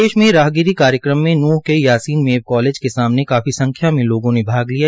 प्रदेश में राहगिरी कार्यक्रम में नूंह के यासीन मेव कालेज के सामने काफी संख्या में लोगों ने भाग लिया